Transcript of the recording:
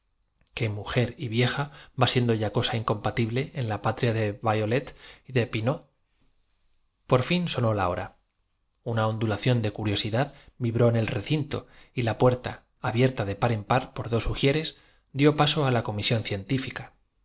que mujer y vieja va siendo ya cosa incompa más con tible en la patria de violet y de pinaud suma alargo la distancia que me separa del ayer donde por fin sonó la hora una ondulación de curiosidad a me dirijo seré vulgar porque sancionadas mis teorías por el mundo sabio sólo me resta hacerme vibró en el recinto y la puerta abierta de par en par comprender de todos ello no obstante contestaré á por dos ujieres dió paso á la comisión científica